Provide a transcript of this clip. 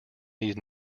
these